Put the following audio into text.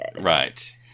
Right